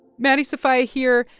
maddie sofia here.